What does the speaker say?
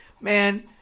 man